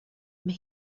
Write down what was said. mae